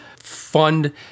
fund